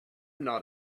not